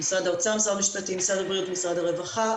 משרד המשפטים, משרד הבריאות ומשרד הרווחה.